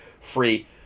free